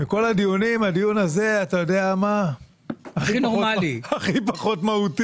הדיון הזה הוא הכי פחות מהותי.